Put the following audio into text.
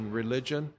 religion